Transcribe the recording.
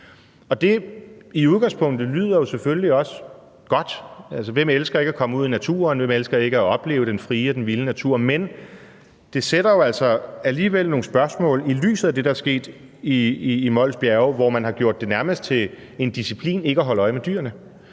I udgangspunktet lyder det jo selvfølgelig også godt. Altså, hvem elsker ikke at komme ud i naturen, og hvem elsker ikke at opleve den frie og den vilde natur? Men det stiller jo altså alligevel nogle spørgsmål i lyset af det, der er sket i Mols Bjerge, hvor man nærmest har gjort det til en disciplin ikke at holde øje med dyrene